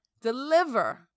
deliver